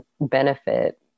benefit